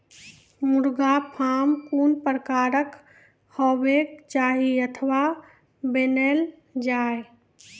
मुर्गा फार्म कून प्रकारक हेवाक चाही अथवा बनेल जाये?